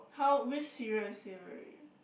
how which cereal is savoury